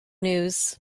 news